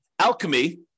Alchemy